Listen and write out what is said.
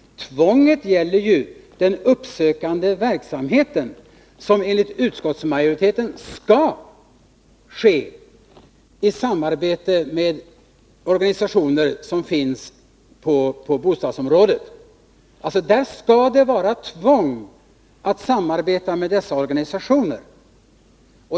Tvånget gäller den uppsökande verksamheten, som enligt utskottsmajoriteten skall ske i samarbete med organisationer på bostadsområdet. Där måste man samarbeta med dessa organisationer.